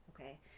okay